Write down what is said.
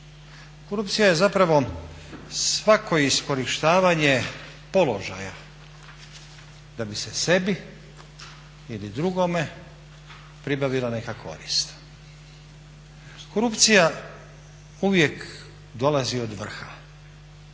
korupcija je zapravo svako iskorištavanje položaja da bi se sebi ili drugome pribavila neka korist. Korupcija uvijek dolazi od vrha,